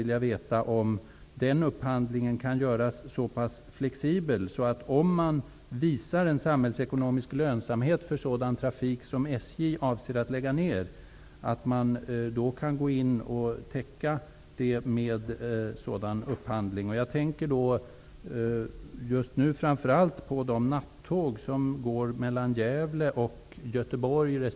Kan en sådan upphandling göras så pass flexibel att man, om det går att visa en samhällsekonomisk lönsamhet för sådan trafik som Falun, Borlänge och Örebro.